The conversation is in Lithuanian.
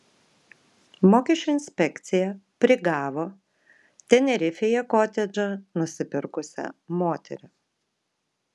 mokesčių inspekcija prigavo tenerifėje kotedžą nusipirkusią moterį